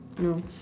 no